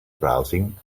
browsing